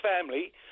family